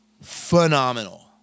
phenomenal